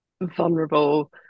vulnerable